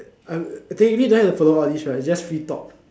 uh technically don't have to follow all these right is just free talk